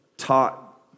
taught